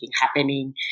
happening